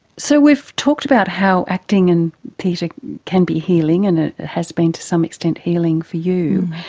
so we've talked about how acting and theatre can be healing and has been to some extent healing for you.